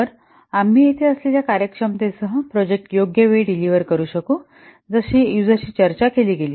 तर आम्ही तेथे असलेल्या कार्यक्षमतेसह प्रोजेक्ट योग्य वेळी डिलिव्हर करू शकू जशी युजरशी चर्चा केली गेली